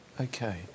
Okay